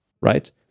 right